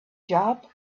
job